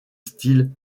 style